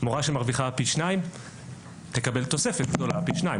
מורה שמרוויחה פי שניים תקבל תוספת גדולה פי שניים.